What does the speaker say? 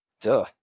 Duh